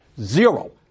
zero